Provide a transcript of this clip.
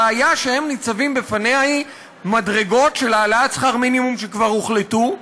הבעיה שהם ניצבים בפניה היא מדרגות של העלאת שכר מינימום שכבר הוחלטו,